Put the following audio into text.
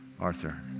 arthur